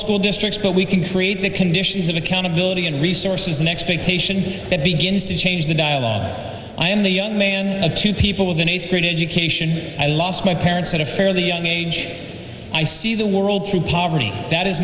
school districts but we can create the conditions of accountability and resources an expectation that begins to change the dialogue i am the young man of two people with an eighth grade education i lost my parents at a fairly young age i see the world through poverty that